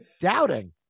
doubting